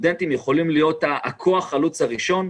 הסטודנטים יכול להיות כוח החלוץ הראשון.